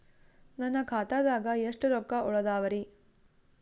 ನನ್ನ ಖಾತಾದಾಗ ಎಷ್ಟ ರೊಕ್ಕ ಉಳದಾವರಿ?